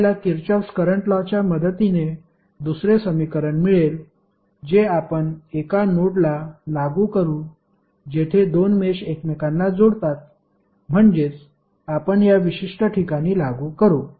आपल्याला Kirchhoff current law च्या मदतीने दुसरे समीकरण मिळेल जे आपण एका नोडला लागू करू जेथे दोन मेष एकमेकांना जोडतात म्हणजेच आपण या विशिष्ट ठिकाणी लागू करू